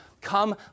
come